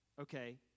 Okay